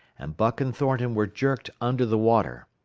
and buck and thornton were jerked under the water.